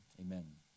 amen